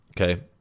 okay